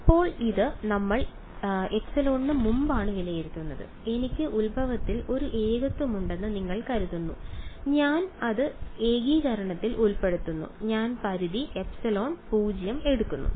ഇപ്പോൾ ഇത് നമ്മൾ ε ന് മുമ്പാണ് വിലയിരുത്തുക എനിക്ക് ഉത്ഭവത്തിൽ ഒരു ഏകത്വമുണ്ടെന്ന് നിങ്ങൾ കരുതുന്നു ഞാൻ അത് ഏകീകരണത്തിൽ ഉൾപ്പെടുത്തുന്നു ഞാൻ പരിധി ε → 0 എടുക്കുന്നു